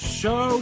show